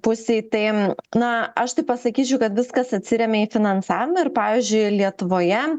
pusėj tai na aš tai pasakyčiau kad viskas atsiremia į finansavimą ir pavyzdžiui lietuvoje